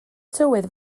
tywydd